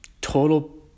total